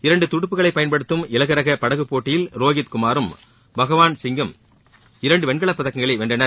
இரண்டு துடுப்புகளை பயன்படுத்தும் இலகுரக படகு போட்டியில் ரோஹித் குமாரும் பகவான் சிங்கிம் இரண்டு வெண்கலப் பதக்கங்களை வென்றனர்